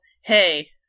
Hey